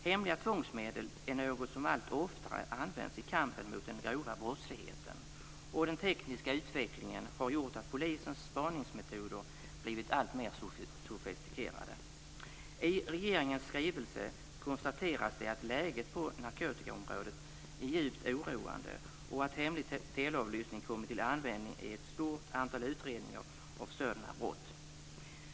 Hemliga tvångsmedel är något som allt oftare används i kampen mot den grova brottsligheten, och den tekniska utvecklingen har gjort att polisens spaningsmetoder blivit alltmer sofistikerade. I regeringens skrivelse konstateras att läget på narkotikaområdet är djupt oroande och att hemlig teleavlyssning kommit till användning i ett stort antal utredningar av sådana brott.